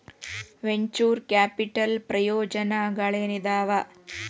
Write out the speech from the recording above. venture capital ಪ್ರಯೋಜನಗಳೇನಾದವ